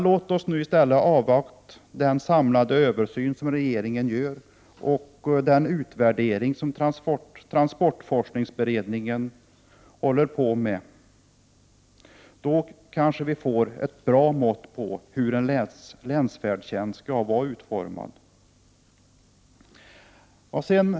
Låt oss nu i stället avvakta regeringens samlade översyn och transportforskningens utvärdering av pågående försök. Då kan vi kanske få en bra uppfattning om hur en länsfärdtjänst skall vara utformad. Herr talman!